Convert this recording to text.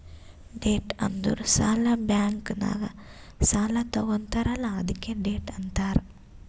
debt ಅಂದುರ್ ಸಾಲ, bank ನಾಗ್ ಸಾಲಾ ತಗೊತ್ತಾರ್ ಅಲ್ಲಾ ಅದ್ಕೆ ಡೆಟ್ ಅಂತಾರ್